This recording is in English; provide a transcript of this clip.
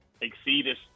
exceeded